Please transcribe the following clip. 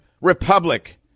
republic